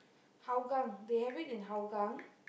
Hougang they have it in Hougang